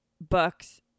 books